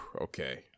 Okay